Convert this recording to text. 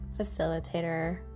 facilitator